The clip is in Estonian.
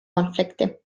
konflikti